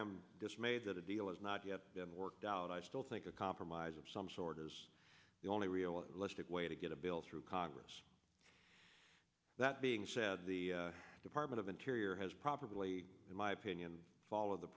am dismayed that a deal is not yet been worked out i still think a compromise of some sort is the only realistic way to get a bill through congress that being said the department of interior has probably in my opinion followed the